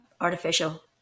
artificial